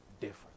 different